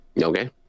Okay